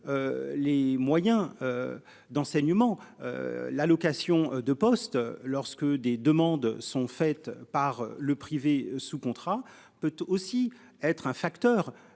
Les moyens. D'enseignement. L'allocation de poste lorsque des demandes sont faites par le privé sous contrat peut aussi être un facteur.